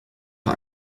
der